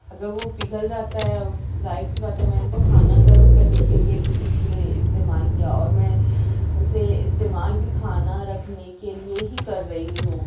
اگر وہ پگھل جاتا ہے اور ظاہر سی بات ہے میں نے تو کھانا گرم کرنے کے لئے اس اسے استعمال کیا اور میں اسے استعمال بھی کھانا رکھنے کے لئے ہی کر رہی ہوں